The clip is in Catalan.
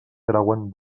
trauen